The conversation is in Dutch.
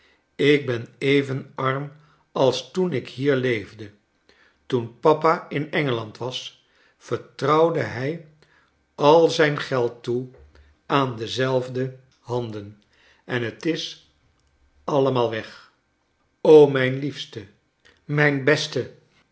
ik ben even arm als toen ik hier leefde toen papa in engeland was vertrouwde hrj al zijn geld toe aan dezelfde handen en het is allemaal weg o mijn liefste mijn beste